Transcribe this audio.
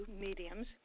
mediums